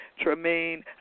Tremaine